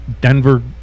Denver